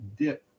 dip